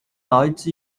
来自